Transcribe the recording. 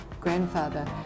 Grandfather